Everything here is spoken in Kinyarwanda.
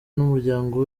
n’umuryango